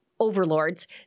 overlords